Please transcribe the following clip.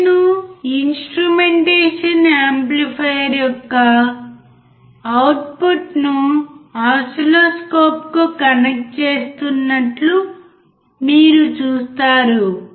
అతను instrumentation amplifier యొక్క అవుట్పుట్ను ఓసిల్లోస్కోప్కు కనెక్ట్ చేసినట్లు మీరు చూస్తారు